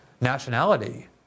nationality